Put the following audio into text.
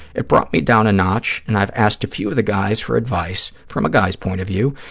it brought me down a notch and i've asked a few of the guys for advice, from a guy's point of view,